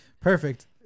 Perfect